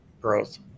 growth